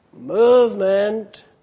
movement